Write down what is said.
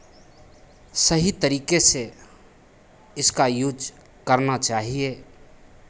सही तरीके से इसका यूज़ करना चाहिए